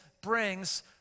brings